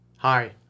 Hi